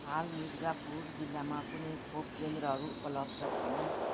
हाल मिर्जापुर जिल्लामा कुनै खोप केन्द्रहरू उपलब्ध छैनन्